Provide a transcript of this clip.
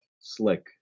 slick